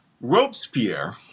Robespierre